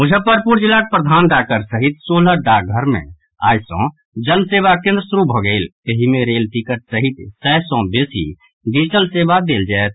मुजफ्फरपुर जिलाक प्रधान डाकघर सहित सोलह डाकघर मे आई सँ जन सेवा केन्द्र शुरू भऽ गेल एहि मे रेल टिकट सहित सय सँ बेसी डिजिटल सेवा देल जायत